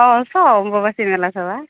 অঁ চ অম্বুবাচি মেলা চাব